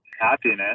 happiness